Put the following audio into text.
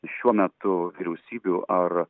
šiuo metu vyriausybių ar